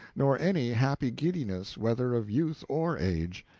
nor any happy giddiness, whether of youth or age.